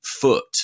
foot